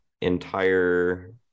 entire